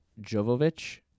Jovovich